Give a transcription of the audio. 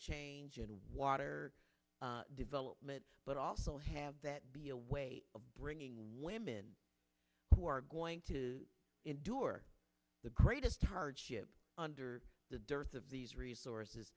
change and water development but also have that be a way of bringing women who are going to endure the greatest hardship under the dearth of these resources